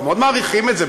אנחנו מאוד מעריכים את זה,